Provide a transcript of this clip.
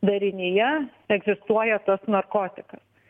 darinyje egzistuoja tas narkotikas